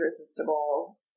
irresistible